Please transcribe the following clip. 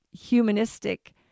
humanistic